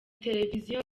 televiziyo